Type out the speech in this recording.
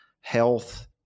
health